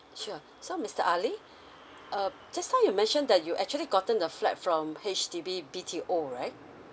sure so mister ali um just now you mention that you actually gotten the flat from H_D_B B_T_O right